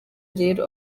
rero